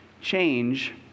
change